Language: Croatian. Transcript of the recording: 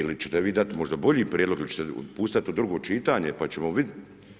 Ili ćete vi dati možda bolji prijedlog, ili ćete puštati u drugo čitanje, pa ćemo vidjeti.